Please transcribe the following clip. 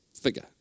figure